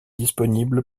disponible